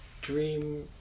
Dream